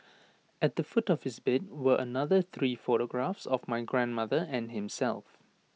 at the foot of his bed were another three photographs of my grandmother and himself